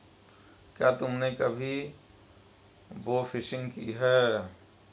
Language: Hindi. क्या तुमने कभी बोफिशिंग की है?